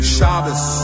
Shabbos